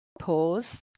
pause